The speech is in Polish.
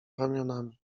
ramionami